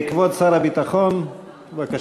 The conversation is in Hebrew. כבוד שר הביטחון, בבקשה.